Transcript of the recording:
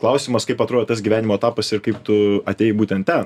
klausimas kaip atrodė tas gyvenimo etapas ir kaip tu atėjai būtent ten